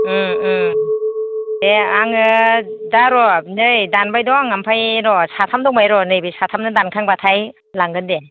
उम उम दे आङो दा र' नै दानबाय दं ओमफ्राय र' साथाम दंबायो र' नैबे साथामनो दानखांबाथाय लांगोन दे